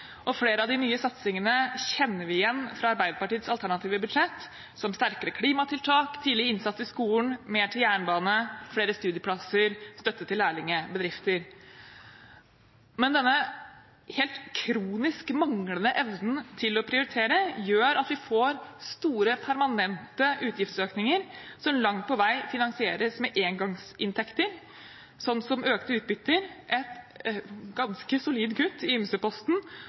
budsjettet. Flere av de nye satsingene kjenner vi igjen fra Arbeiderpartiets alternative budsjett, som sterkere klimatiltak, tidlig innsats i skolen, mer til jernbane, flere studieplasser og støtte til lærlingbedrifter. Men denne helt kronisk manglende evnen til å prioritere gjør at vi får store permanente utgiftsøkninger som langt på vei finansieres med engangsinntekter, sånn som økte utbytter, et ganske solid kutt i